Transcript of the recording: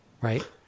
Right